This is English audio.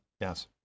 Yes